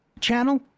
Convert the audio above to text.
channel